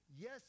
yes